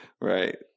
Right